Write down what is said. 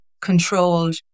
controlled